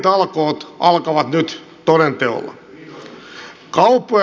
normitalkoot alkavat nyt toden teolla